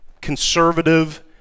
conservative